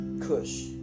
kush